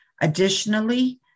Additionally